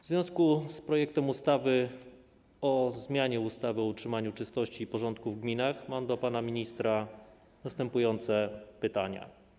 W związku z projektem ustawy o zmianie ustawy o utrzymaniu czystości i porządku w gminach mam do pana ministra następujące pytanie: